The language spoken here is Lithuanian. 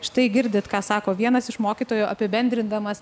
štai girdit ką sako vienas iš mokytojų apibendrindamas